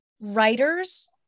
writers